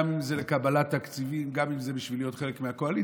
גם אם זה לקבלת תקציבים וגם אם זה בשביל להיות חלק מהקואליציה.